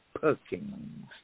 Perkins